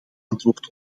antwoord